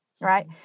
right